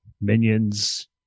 Minions